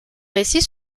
récits